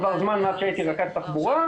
עבר זמן מאז שהייתי רכז תחבורה.